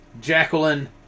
Jacqueline